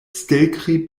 stelkri